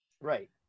Right